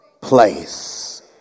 place